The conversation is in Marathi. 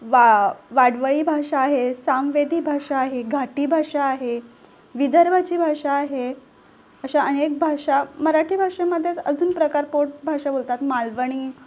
वा वाडवई भाषा आहे सामवेदी भाषा आहे घाटी भाषा आहे विदर्भाची भाषा आहे अशा अनेक भाषा मराठी भाषेमध्येच अजून प्रकार पोटभाषा बोलतात मालवणी